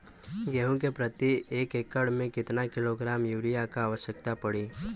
गेहूँ के प्रति एक एकड़ में कितना किलोग्राम युरिया क आवश्यकता पड़ी?